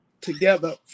together